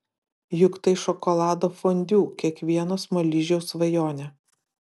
juk tai šokolado fondiu kiekvieno smaližiaus svajonė